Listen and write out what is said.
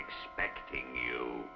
expecting you